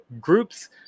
groups